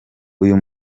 uyu